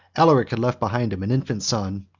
alaric had left behind him an infant son,